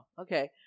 okay